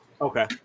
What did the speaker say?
Okay